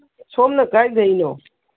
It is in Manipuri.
ꯁꯣꯝꯅ ꯀꯥꯏꯗꯩꯅꯣ